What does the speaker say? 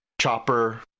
chopper